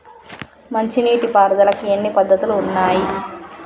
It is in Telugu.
మంచి నీటి పారుదలకి ఎన్ని పద్దతులు ఉన్నాయి?